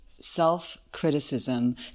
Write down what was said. self-criticism